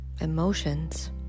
emotions